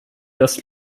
das